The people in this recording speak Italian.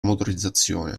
motorizzazione